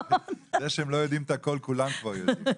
זה שהם לא יודעים את הכול, כולם כבר יודעים.